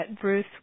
Bruce